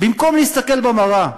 במקום להסתכל במראה.